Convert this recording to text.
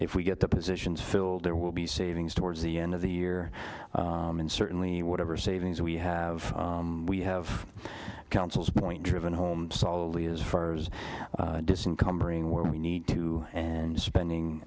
if we get the positions filled there will be savings towards the end of the year and certainly whatever savings we have we have councils point driven home solidly as far as distant cumbering where we need to and spending